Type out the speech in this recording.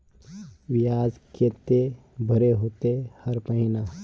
बियाज केते भरे होते हर महीना?